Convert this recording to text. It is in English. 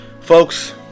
Folks